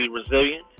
resilient